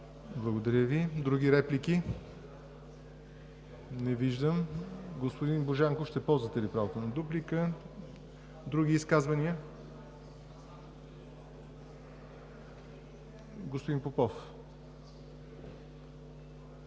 Благодаря Ви. Други реплики? Не виждам. Господин Божанков, ще ползвате ли правото на дуплика? Не. Други изказвания? Заповядайте,